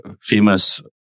famous